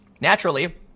Naturally